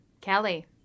Kelly